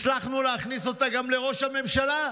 הצלחנו להכניס אותה גם לראש הממשלה,